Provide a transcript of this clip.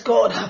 God